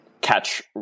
catch